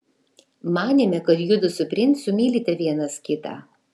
manėme kad judu su princu mylite vienas kitą